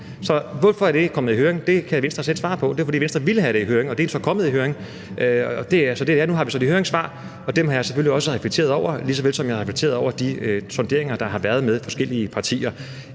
på, hvorfor det kom i høring. Det var, fordi Venstre ville have det i høring. Nu har vi så de høringssvar, og dem har jeg selvfølgelig reflekteret over, lige så vel som jeg har reflekteret over de sonderinger, der har været med forskellige partier.